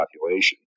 population